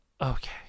okay